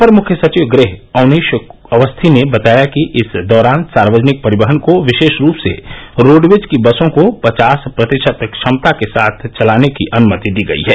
अपर मुख्य सचिव गृह अवनीश अवस्थी ने बताया कि इस दौरान सार्वजनिक परिवहन को विशेष रूप से रोडवेज की बसों को पचास प्रतिशत क्षमता के साथ चलाने की अनुमति दी गई है